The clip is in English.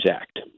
Act